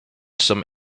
some